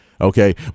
Okay